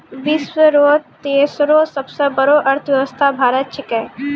विश्व रो तेसरो सबसे बड़ो अर्थव्यवस्था भारत छिकै